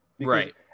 Right